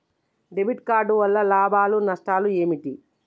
Debit card వల్ల లాభాలు నష్టాలు ఏమిటి?